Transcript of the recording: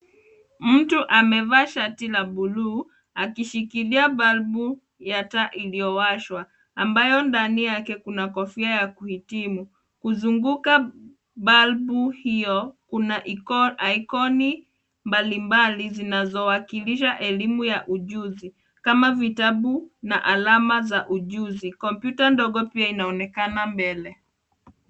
Mtu amevaa shati la bluu akishikilia balbu ya taa iliyowashwa ambayo ndani yake kuna kofia ya kuhitimu. Kuzunguka balbu hiyo kuna ikoni mbalimbali zinazowakilisha elimu ya ujuzi kama vitabu na alama za ujuzi. Kompyuta ndogo pia inaonekana mbele.